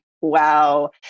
Wow